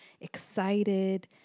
excited